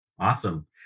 Awesome